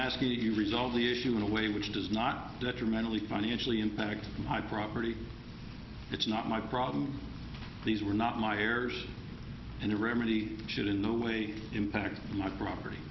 asking you resolve the issue in a way which does not detrimentally financially impacts my property it's not my problem these were not my heirs and the remedy should in no way impact my property